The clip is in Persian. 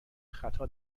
خطا